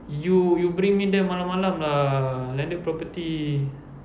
you bring me there malam-malam lah landed property